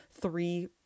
three